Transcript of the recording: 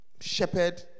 shepherd